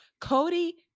Cody